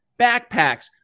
backpacks